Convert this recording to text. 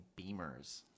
Beamers